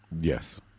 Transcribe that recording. Yes